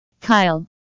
Kyle